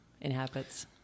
inhabits